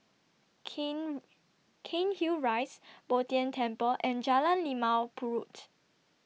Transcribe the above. Cain Cairnhill Rise Bo Tien Temple and Jalan Limau Purut